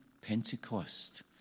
Pentecost